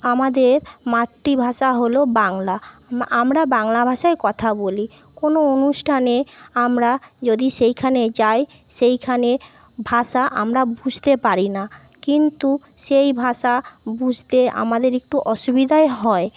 আমাদের মাতৃভাষা হল বাংলা আমরা বাংলা ভাষায় কথা বলি কোনো অনুষ্ঠানে আমরা যদি সেইখানে যায় সেইখানে ভাষা আমরা বুঝতে পারি না কিন্তু সেই ভাষা বুঝতে আমাদের একটু অসুবিধাই হয়